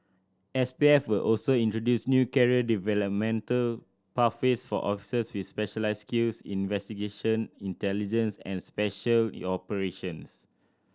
S P F will also introduce new career developmental pathways for officers with specialised skills investigation intelligence and special operations